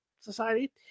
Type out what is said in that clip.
Society